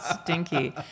stinky